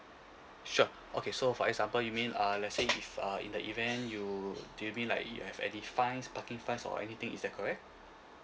sure okay so for example you mean uh let say if uh in the event you do you mean like you have any fines parking fines or anything is that correct